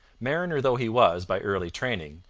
mariner though he was by early training,